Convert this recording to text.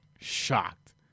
Shocked